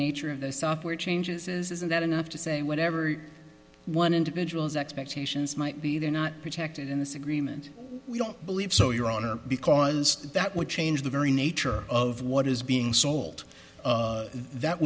nature of the software changes is isn't that enough to say whatever one individual's expectations might be they're not protected in this agreement we don't believe so your honor because that would change the very nature of what is being sold that